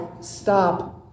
stop